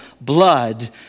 blood